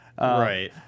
right